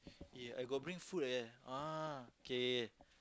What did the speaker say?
eh I got bring food eh ah K K K